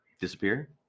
disappear